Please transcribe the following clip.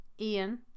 Ian